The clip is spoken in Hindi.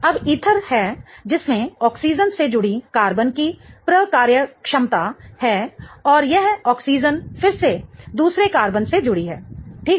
अब ईथर है जिसमें ऑक्सीजन से जुड़ी कार्बन की प्रकार्यक्षमता है और यह ऑक्सीजन फिर से दूसरे कार्बन से जुड़ी है ठीक